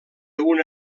una